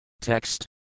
Text